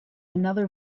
another